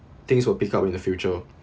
things will pick up in the future